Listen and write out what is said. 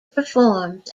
performs